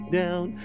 down